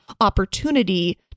opportunity